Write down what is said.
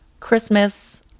christmas